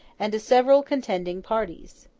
and to several contending parties.